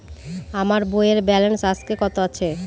আমার বইয়ের ব্যালেন্স আজকে কত আছে?